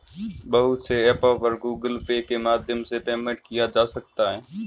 बहुत से ऐपों पर गूगल पे के माध्यम से पेमेंट किया जा सकता है